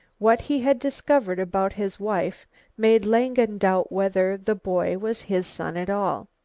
what he had discovered about his wife made langen doubt whether the boy was his son at all.